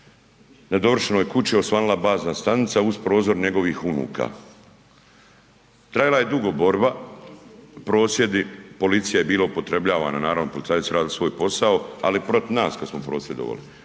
na nedovršenoj kući osvanula bazna stanica uz prozor njegovih unuka. Trajala je dugo borba, prosvjedi, policija je bila upotrebljavana, naravno policajci su radili svoj posao, ali i protiv nas kad smo prosvjedovali.